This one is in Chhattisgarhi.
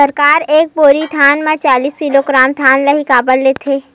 सरकार एक बोरी धान म चालीस किलोग्राम धान ल ही काबर लेथे?